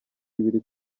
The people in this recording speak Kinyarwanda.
ibiri